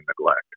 neglect